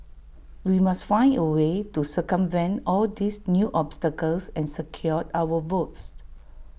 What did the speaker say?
we must find A way to circumvent all these new obstacles and secure our votes